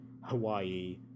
hawaii